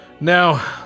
now